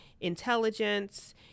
intelligence